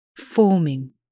forming